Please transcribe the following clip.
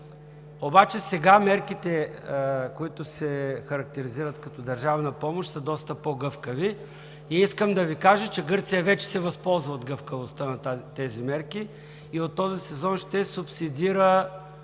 Обаче сега мерките, които се характеризират като държавна помощ, са доста по-гъвкави. Искам да Ви кажа, че Гърция вече се възползва от гъвкавостта на тези мерки и от този сезон ще субсидира